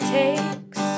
takes